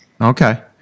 Okay